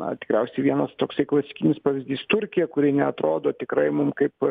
na tikriausiai vienas toksai klasikinis pavyzdys turkija kuri neatrodo tikrai mum kaip